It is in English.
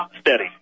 steady